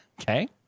okay